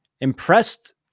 Impressed